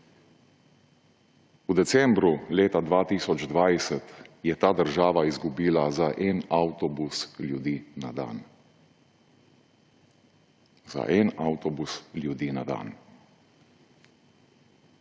V decembru leta 2020 je ta država izgubila za en avtobus ljudi na dan, za en avtobus ljudi na dan.